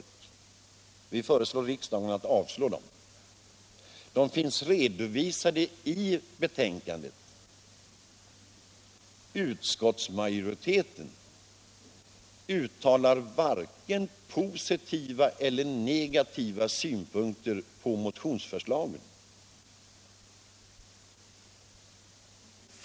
Vi föreslår riksdagen att avslå dem, och utskottsmajoriteten uttalar varken positiva eller negativa synpunkter på motionsförslagen.